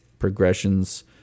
Progressions